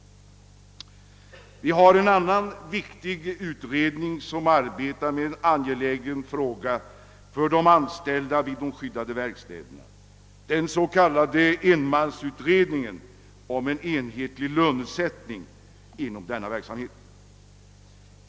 Vi har en annan viktig utredning som arbetar med en angelägen fråga för de anställda vid de skyddade verkstäderna — den s.k. enmansutredningen om en enhetlig lönesättning inom denna verksamhet.